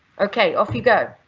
okay off you go.